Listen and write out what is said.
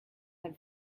have